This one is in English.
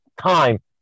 time